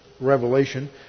revelation